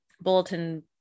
bulletin